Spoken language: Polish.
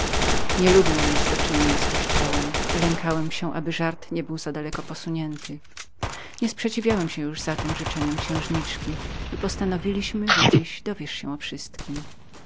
nie lubię mieć do czynienia z kościołem i lękałem się aby żart nie był za daleko posuniętym nie sprzeciwiałem się już zatem życzeniom księżniczki i postanowiliśmy że dziś dowiesz się o wszystkiem